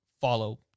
follow